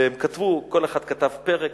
והם כתבו, כל אחד כתב פרק.